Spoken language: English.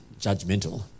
judgmental